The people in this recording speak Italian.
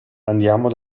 andiamo